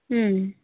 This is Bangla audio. হুম